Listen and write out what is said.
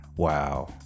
Wow